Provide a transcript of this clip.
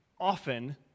often